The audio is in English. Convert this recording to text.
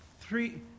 three